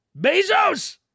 Bezos